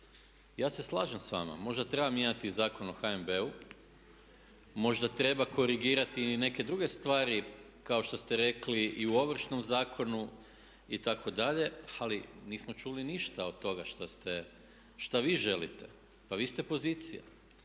Ja se slažem s vama, možda treba mijenjati Zakon o HNB-u, možda treba korigirati i neke druge stvari kao što ste rekli i u Ovršnom zakonu itd. ali nismo čuli ništa od toga šta vi želite. Pa vi ste pozicija.